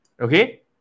okay